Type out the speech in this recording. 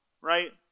right